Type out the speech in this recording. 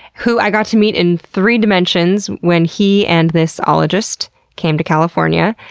who i got to meet in three dimensions when he and this ologist came to california.